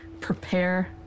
prepare